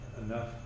enough